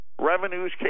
Revenues